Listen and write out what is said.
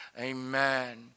amen